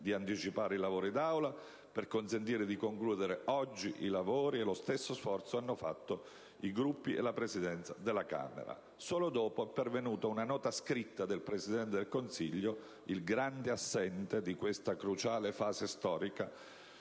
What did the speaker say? di anticipare i lavori d'Aula per consentire di concluderli oggi, e lo stesso sforzo hanno fatto i Gruppi e la Presidenza della Camera; solo dopo è pervenuta una nota scritta del Presidente del Consiglio, il grande assente di questa cruciale fase storica,